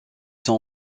sont